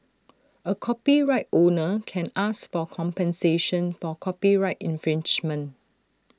A copyright owner can ask for compensation for copyright infringement